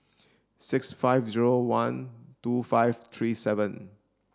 six five zero one two five three seven